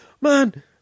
man